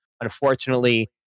unfortunately